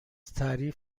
تعریف